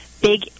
big